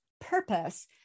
purpose